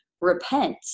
repent